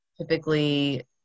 typically